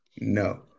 No